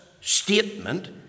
statement